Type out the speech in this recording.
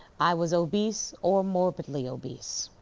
i was obese or morbidly obese.